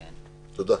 תודה.